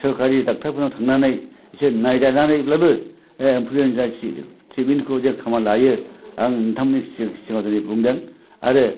सोरखारि ड'क्टरफोरनाव थांनानै एसे नायजानानैब्लाबो इनफ्लुयेनसनि ट्रिटमेन्टखौ जे खालामनानै लायो आं नोंथांमोननि सिगाङाव दिनै बुंदों आरो